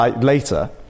later